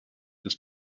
des